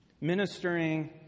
Ministering